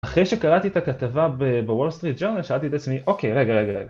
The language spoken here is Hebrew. אחרי שקראתי את הכתבה בוול סטריט ג'ורנל, שאלתי את עצמי אוקיי רגע רגע רגע